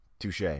Touche